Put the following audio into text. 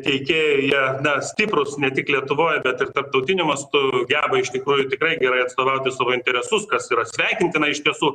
teikėjai jie na stiprūs ne tik lietuvoj bet ir tarptautiniu mastu geba iš tikrųjų tikrai gerai atstovauti savo interesus kas yra sveikintina iš tiesų